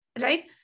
right